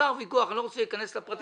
נוצר ויכוח אני לא רוצה להיכנס לפרטים.